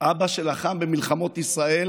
אבא שלחם במלחמות ישראל